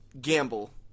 gamble